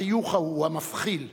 החיוך ההוא, המבחיל,